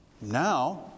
Now